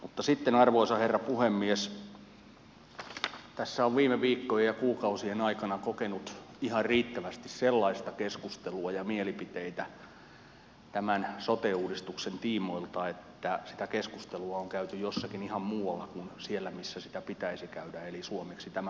mutta sitten arvoisa herra puhemies tässä on viime viikkojen ja kuukausien aikana kokenut ihan riittävästi sellaista keskustelua ja mielipiteitä tämän sote uudistuksen tiimoilta että sitä keskustelua on käyty jossakin ihan muualla kuin siellä missä sitä pitäisi käydä eli suomeksi tämä lause